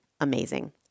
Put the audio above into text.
amazing